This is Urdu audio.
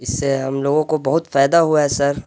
اس سے ہم لوگوں کو بہت فائدہ ہوا ہے سر